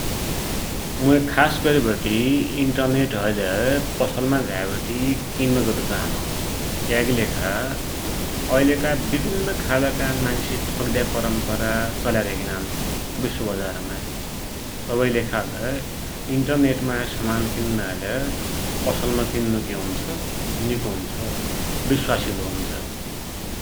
मुइ खास गरिवटि इन्टरनेट हैलै पसलमा झाइवटी किनमेल गद्दु चाहनौ, क्याकीलेखा एैलका विभिन्न खालका मान्सि ठग्द्या परम्परा चल्या धेकिनान् विश्वबजारमा । तवैकिलेखालै इन्टरनेटमाइ समान किन्नाहैलै पसलमा किन्नु कि हुन्छ निको हुन्छ, विश्वाशिलो हुन्छ ।